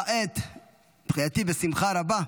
לדעתי בשמחה רבה,